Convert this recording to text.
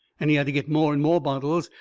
and he had to get more and more bottles,